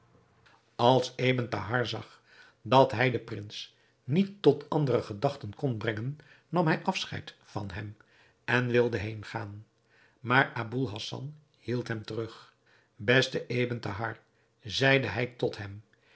als ebn thahar zag dat hij den prins niet tot andere gedachten kon brengen nam hij afscheid van hem en wilde heengaan maar aboul hassan hield hem terug beste ebn thahar zeide hij tot hem